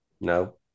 No